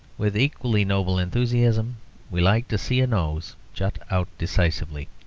with equally noble enthusiasm we like to see a nose jut out decisively,